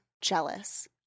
jealous